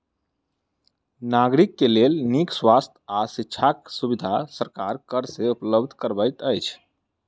नागरिक के लेल नीक स्वास्थ्य आ शिक्षाक सुविधा सरकार कर से उपलब्ध करबैत अछि